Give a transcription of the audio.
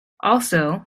also